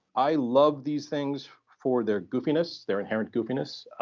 i love these things for their goofiness, their inherent goofiness.